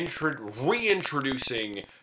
reintroducing